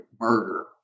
murder